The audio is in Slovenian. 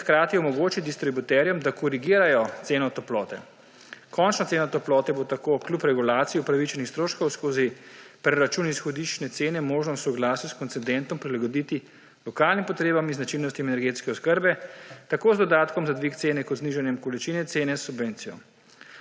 ter hkrati omogoči distributerjem, da korigirajo ceno toplote. Končna cena toplote bo tako kljub regulaciji upravičenih stroškov skozi preračun izhodiščne cene možno v soglasju s koncedentom prilagoditi lokalnim potrebam in značilnostim energetske oskrbe tako z dodatkom za dvig cene kot znižanjem količine cene s subvencijo.